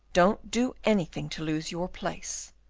don't do anything to lose your place.